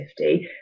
50